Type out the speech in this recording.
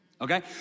okay